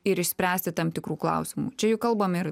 ir išspręsti tam tikrų klausimų čia juk kalbam ir